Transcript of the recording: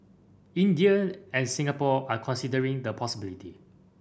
India and Singapore are considering the possibility